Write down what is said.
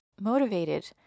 motivated